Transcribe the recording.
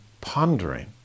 pondering